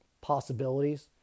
possibilities